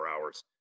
hours